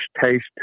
taste